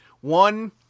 One